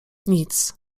nic